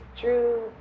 Drew